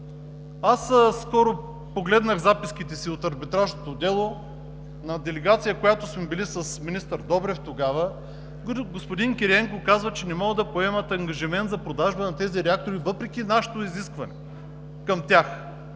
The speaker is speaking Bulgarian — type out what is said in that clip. Скоро погледнах записките си от арбитражното дело, на делегация, в която сме били с министър Добрев тогава, господин Кириенко казва, че не могат да поемат ангажимент за продажба на тези реактори въпреки нашето изискване към тях.